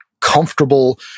comfortable